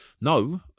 no